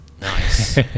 Nice